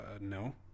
no